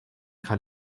cael